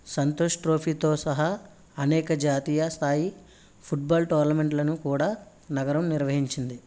సంతోష్ ట్రోఫీతో సహా అనేక జాతీయస్థాయి ఫుట్బాల్ టోర్నమెంట్నను కూడా నగరం నిర్వహించింది